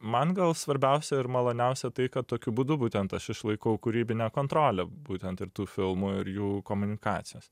man gal svarbiausia ir maloniausia tai kad tokiu būdu būtent aš išlaikau kūrybinę kontrolę būtent ir tų filmų ir jų komunikacijos